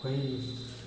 कोई